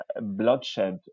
bloodshed